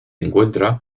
encuentra